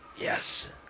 Yes